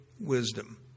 wisdom